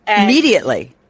Immediately